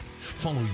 follow